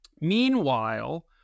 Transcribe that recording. Meanwhile